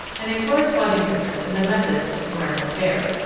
and a corresponding difference in the methods of parental care.